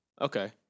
Okay